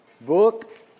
book